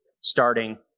starting